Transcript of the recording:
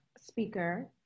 speaker